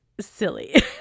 silly